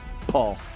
Paul